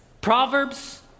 Proverbs